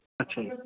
ਅੱਛਾ ਜੀ